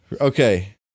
Okay